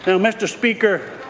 so mr. speaker,